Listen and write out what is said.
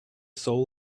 soul